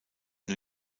new